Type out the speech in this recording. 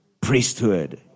priesthood